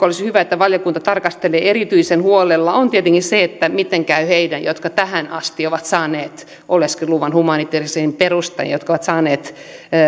olisi hyvä että valiokunta tarkastelee sitä erityisen huolellisesti on tietenkin se miten käy heidän jotka tähän asti ovat saaneet oleskeluluvan humanitäärisin perustein ja jotka ovat saaneet